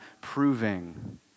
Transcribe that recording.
proving